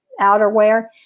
outerwear